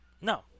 No